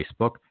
Facebook